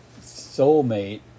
soulmate